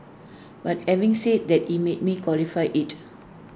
but having said that IT let me qualify IT